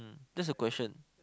that's a question